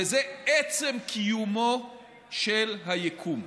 וזה עצם קיומו של היקום.